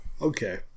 Okay